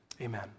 amen